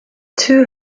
two